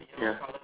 ya